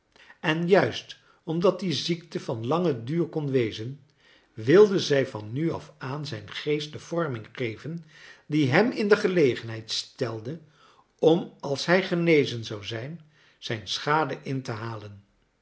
en juist omdat die ziekte van langen duur kon wezen wilde zij van nu af aan zijn geest de vorming geven die hem in de gelegenheid stelde om als hij genezen zou zijn zijne schade in te halen